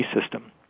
system